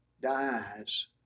dies